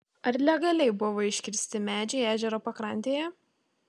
ar legaliai buvo iškirsti medžiai ežero pakrantėje